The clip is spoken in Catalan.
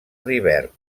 rivert